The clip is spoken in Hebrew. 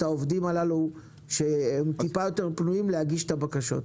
העובדים הללו שהם קצת יותר פנויים להגיש את הבקשות.